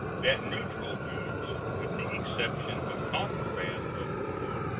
that neutral goods, with the exception of contraband of war,